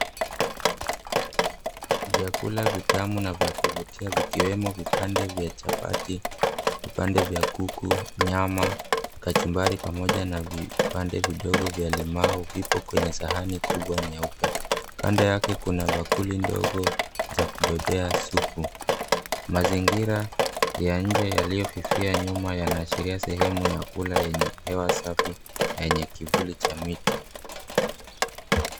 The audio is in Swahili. Vyakula vitamu na vya kuvutia vikiwemo vipande vya chapati, vipande vya kuku, nyama, kachumbari, pamoja na vipande vidogo vya limau, vipo kwenye sahani kubwa nyeupe. Kando yake kuna bakuli ndogo za kubebea supu. Mazingira ya nje yaliyofifia nyuma, yanaashiria sehemu ya kula yenye hewa safi yenye kivuli cha miti.